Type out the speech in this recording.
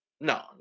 No